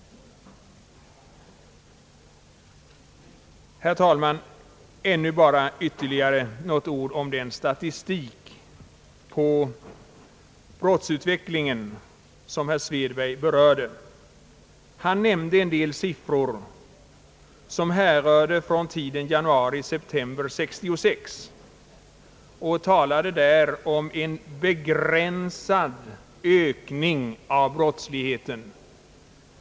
Herr talman! Bara ytterligare några få ord om den statistik beträffande brottsutvecklingen som herr Svedberg berörde. Han nämnde vissa siffror som gällde tiden januari—september 1966. Han talade om en »begränsad ökning» av brottsligheten.